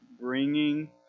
bringing